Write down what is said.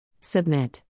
submit